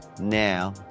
now